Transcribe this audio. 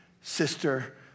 sister